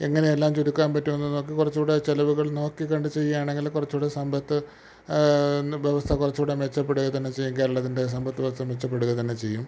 എങ്ങനെയെല്ലാം ചുരുക്കാം പറ്റുമെന്ന് നോക്ക് കുറച്ചുകൂടെ ചിലവുകൾ നോക്കിക്കണ്ട് ചെയ്യുകയാണെങ്കിൽ കുറച്ചുകൂടെ സമ്പത്ത് വ്യവസ്ഥ കുറച്ചുകൂടെ മെച്ചപ്പെടുക തന്നെ ചെയ്യും കേരളത്തിൻ്റെ സമ്പത് വ്യവസ്ഥ മെച്ചപ്പെടുക തന്നെ ചെയ്യും